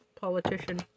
politician